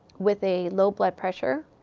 with a low blood pressure,